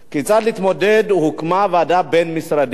כיצד להתמודד, הוקמה ועדה בין-משרדית